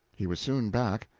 he was soon back,